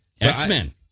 X-Men